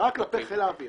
רק כלפי חיל האוויר